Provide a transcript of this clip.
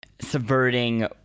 subverting